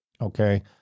okay